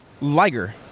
Liger